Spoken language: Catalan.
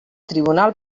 tribunal